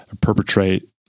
perpetrate